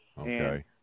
Okay